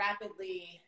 rapidly